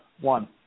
one